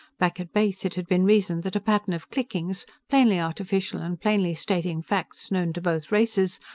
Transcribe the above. back at base it had been reasoned that a pattern of clickings, plainly artificial and plainly stating facts known to both races,